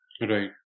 Right